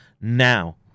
now